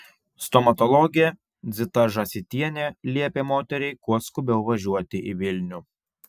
stomatologė zita žąsytienė liepė moteriai kuo skubiau važiuoti į vilnių